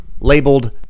labeled